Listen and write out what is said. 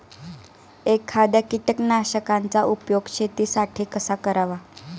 एखाद्या कीटकनाशकांचा उपयोग शेतीसाठी कसा करावा?